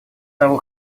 того